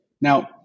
Now